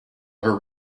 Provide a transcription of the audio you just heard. her